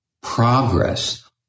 progress